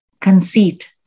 conceit